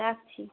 রাখছি